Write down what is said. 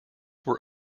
were